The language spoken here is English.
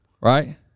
Right